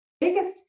biggest